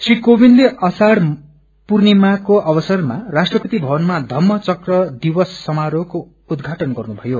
श्र कोविन्दले आषढ़ पूर्णिमाको अवसरमा राष्ट्रपति भवनामा धम्म चक्र दिवस ससमारोहको उद्घाटन गर्नुभयो